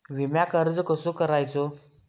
विम्याक अर्ज कसो करायचो?